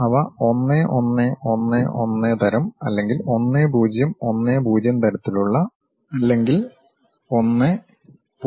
അവ 1 1 1 1 തരം അല്ലെങ്കിൽ 1 0 1 0 തരത്തിലുള്ള അല്ലെങ്കിൽ 1 0